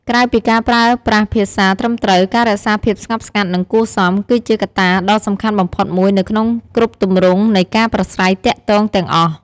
ក្រៅពីការប្រើប្រាស់ភាសាត្រឹមត្រូវ ការរក្សាភាពស្ងប់ស្ងាត់ និងគួរសម គឺជាកត្តាដ៏សំខាន់បំផុតមួយនៅក្នុងគ្រប់ទម្រង់នៃការប្រាស្រ័យទាក់ទងទាំងអស់។